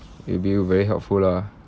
will be very helpful lah